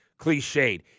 cliched